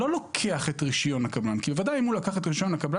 לא לוקח את רישיון הקבלן כי בוודאי אם הוא לקח את רישיון הקבלן